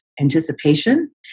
anticipation